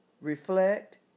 reflect